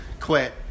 quit